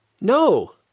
No